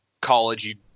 college